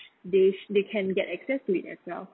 they they can access to it as well